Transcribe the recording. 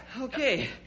Okay